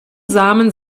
samen